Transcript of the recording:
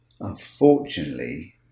Unfortunately